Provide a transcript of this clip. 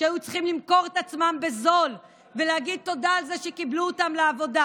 והיו צריכים למכור את עצמם בזול ולהגיד תודה על זה שקיבלו אותם לעבודה.